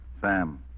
Sam